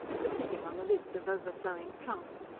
the sitting on the lids of overflowing trunks,